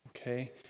okay